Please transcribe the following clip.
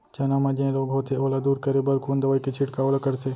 चना म जेन रोग होथे ओला दूर करे बर कोन दवई के छिड़काव ल करथे?